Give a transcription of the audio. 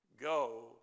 Go